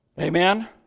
Amen